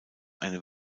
eine